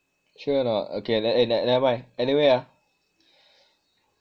true or not okay eh nevermind anyway ah